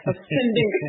ascending